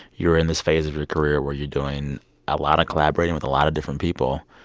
you're in this phase of your career where you're doing a lot of collaborating with a lot of different people.